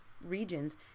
regions